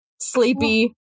sleepy